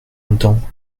longtemps